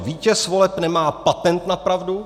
Vítěz voleb nemá patent na pravdu.